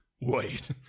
Wait